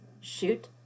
shoot